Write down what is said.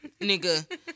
nigga